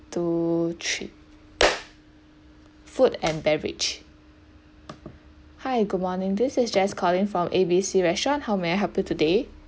two three food and beverage hi good morning this is jess calling from A_B_C restaurant how may I help you today